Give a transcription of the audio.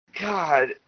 God